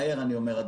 כשאני אומר "מהר",